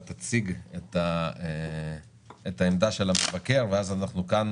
היא תציג את עמדת מבקר המדינה ואז אנחנו כאן